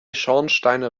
schornsteine